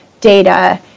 data